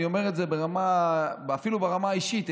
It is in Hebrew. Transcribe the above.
אני אומר את זה אפילו ברמה האישית,